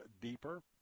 deeper